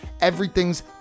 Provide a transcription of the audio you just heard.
everything's